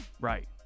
right